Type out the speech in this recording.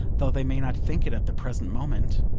though they may not think it at the present moment.